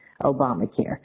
Obamacare